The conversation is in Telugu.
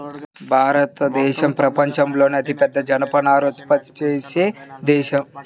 భారతదేశం ప్రపంచంలోనే అతిపెద్ద జనపనార ఉత్పత్తి చేసే దేశం